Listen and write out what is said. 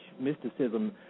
mysticism